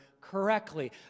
correctly